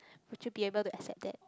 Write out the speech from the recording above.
would you be able to accept that